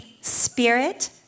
spirit